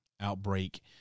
outbreak